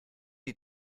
die